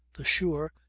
the sure,